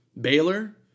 Baylor